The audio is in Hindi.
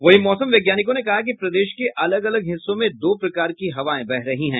वहीं मौसम वैज्ञानिकों ने कहा कि प्रदेश के अलग अलग हिस्सों में दो प्रकार की हवाए बह रही है